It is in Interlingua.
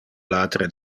latere